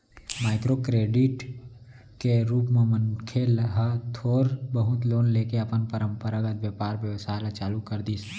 micro credit के रुप म मनखे ह थोर बहुत लोन लेके अपन पंरपरागत बेपार बेवसाय ल चालू कर दिस